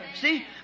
See